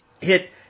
Hit